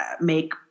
make